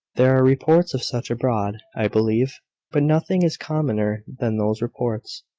there are reports of such abroad, i believe but nothing is commoner than those reports.